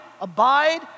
abide